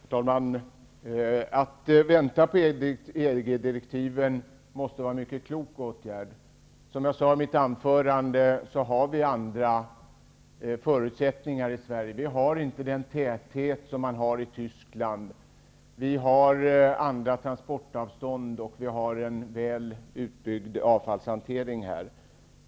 Herr talman! Att vänta på EG-direktiven måste vara en mycket klok åtgärd. Som jag sade i mitt inledningsanförande, har vi andra förutsättningar i Sverige. Vi har inte den befolkningstäthet som man har i Tyskland, vi har andra transportavstånd och vi har en väl utbyggd avfallshantering här.